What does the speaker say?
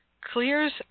clears